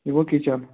یہِ گوٚو کِچن